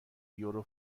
یورو